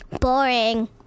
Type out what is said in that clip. Boring